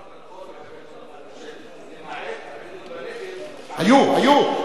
למעט הבדואים בנגב, היו, היו.